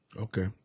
Okay